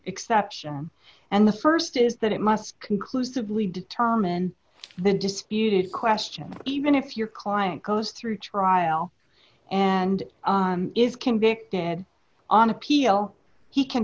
exception and the st is that it must conclusively determine the disputed question even if your client goes through trial and is convicted on appeal he can